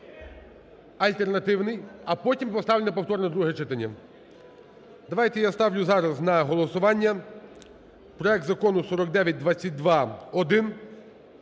а потім поставлю на повторне друге читання. Давайте, я ставлю зараз на голосування проект Закону 4922-1.